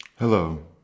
Hello